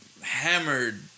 Hammered